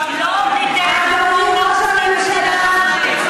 אדוני ראש הממשלה,